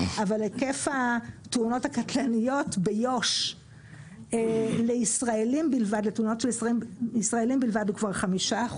אבל היקף התאונות הקטלניות ביו"ש לתאונות של ישראלים בלבד הוא כבר 5%,